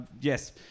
yes